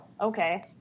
okay